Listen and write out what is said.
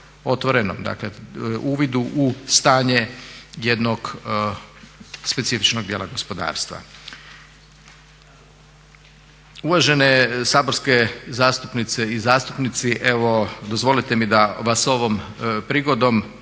otvorenom dakle uvidu u stanje jednog specifičnog dijela gospodarstva. Uvažene saborske zastupnice i zastupnici, evo dozvolite mi da vas ovom prigodom